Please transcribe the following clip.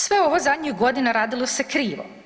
Sve ovo zadnjih godina radilo se krivo.